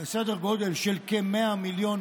סדר גודל של כ-100 מיליון